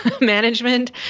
management